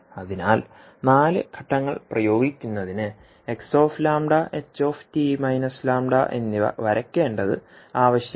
അതിനാൽ നാല് ഘട്ടങ്ങൾ പ്രയോഗിക്കുന്നതിന് x λ h t λ എന്നിവ വരയ്ക്കേണ്ടത് ആവശ്യമാണ്